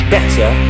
Better